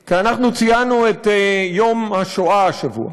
כי אנחנו ציינו את יום השואה השבוע.